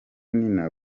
nina